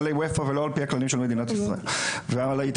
כללי אופ"א ולא על פי הכללים של מדינת ישראל.